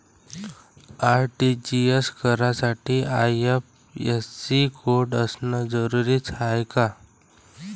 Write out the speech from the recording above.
RTGS करासाठी IFSC code असनं जरुरीच हाय का?